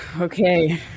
Okay